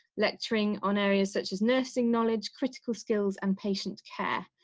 lecturing on areas such as nursing knowledge, critical skills and patient care.